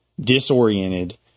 disoriented